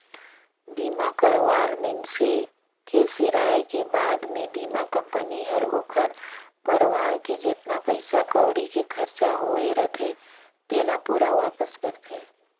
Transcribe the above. बीमा करवाल मइनसे के सिराय के बाद मे बीमा कंपनी हर ओखर परवार के जेतना पइसा कउड़ी के खरचा होये रथे तेला पूरा वापस करथे